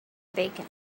bacon